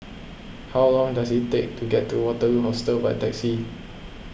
how long does it take to get to Waterloo Hostel by taxi